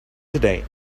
today